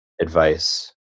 advice